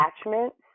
attachments